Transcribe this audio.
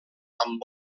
amb